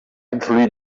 influir